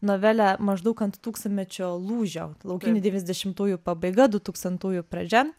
novelę maždaug ant tūkstantmečio lūžio laukinių devyniasdešimtųjų pabaiga dutūkstantųjų pradžia